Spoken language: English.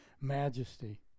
majesty